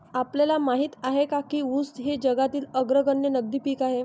आपल्याला माहित आहे काय की ऊस हे जगातील अग्रगण्य नगदी पीक आहे?